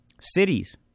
cities